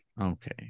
Okay